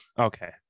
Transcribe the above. Okay